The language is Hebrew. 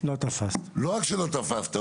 לא רק שלא תפסת,